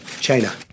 China